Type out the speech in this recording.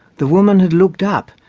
the woman had looked up,